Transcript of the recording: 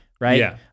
Right